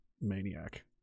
maniac